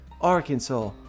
Arkansas